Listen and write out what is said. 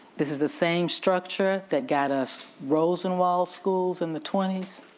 this is the same structure that got us rosenwald schools in the twenty s,